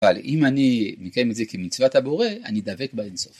אבל אם אני מקיים את זה כמצוות הבורא אני דבק באינסוף.